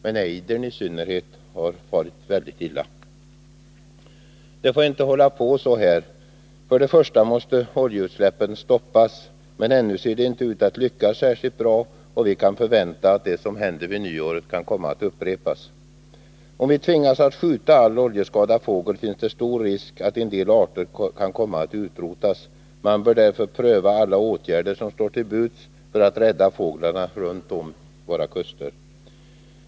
Men i synnerhet ejdern har farit mycket illa. Det får inte gå till så här. Först måste oljeutsläppen stoppas, men än ser det inte ut att lyckas särskilt bra, och vi kan förvänta oss att det som hände vid nyåret upprepas. Om vi tvingas att skjuta all oljeskadad fågel, finns det stor risk för att en del arter kan komma att utrotas. Man bör därför pröva alla åtgärder som står till buds för att rädda fåglarna runt våra kuster.